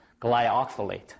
glyoxylate